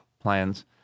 plans